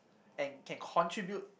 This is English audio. and can contribute